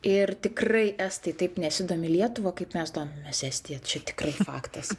ir tikrai estai taip nesidomi lietuva kaip mes to mes estija čia tikrai faktas